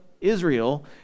Israel